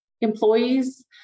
employees